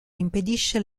impedisce